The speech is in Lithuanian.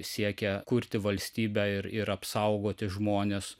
siekia kurti valstybę ir ir apsaugoti žmones